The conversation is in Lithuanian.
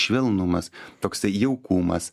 švelnumas toksai jaukumas